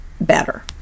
better